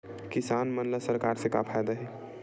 किसान मन ला सरकार से का फ़ायदा हे?